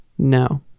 No